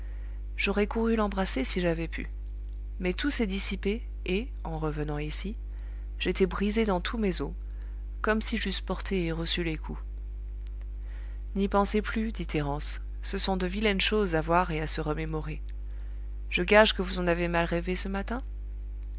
j'aurais couru l'embrasser si j'avais pu mais tout s'est dissipé et en revenant ici j'étais brisé dans tous mes os comme si j'eusse porté et reçu les coups n'y pensez plus dit thérence ce sont de vilaines choses à voir et se remémorer je gage que vous en avez mal rêvé ce matin